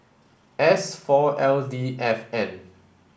S four L D F N